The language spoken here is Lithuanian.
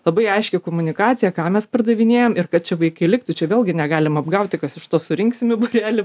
labai aiški komunikacija ką mes pardavinėjam ir kad čia vaikai liktų čia vėlgi negalim apgauti kas iš to surinksime būrelį